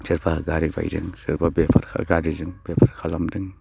सोरबा गारि बायदों सोरबा बेफोर गारिजों बेफार खालामदों